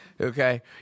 okay